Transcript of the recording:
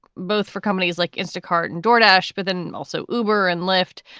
both for companies like instacart and jordache, but then also uber and lyft.